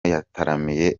yataramiye